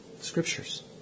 Scriptures